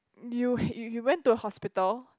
you h~ you you went to hospital